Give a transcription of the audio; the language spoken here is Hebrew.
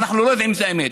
אנחנו לא יודעים את האמת.